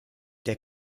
der